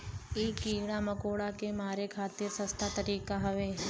इ कीड़ा मकोड़ा के मारे खातिर सस्ता तरीका हौ